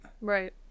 Right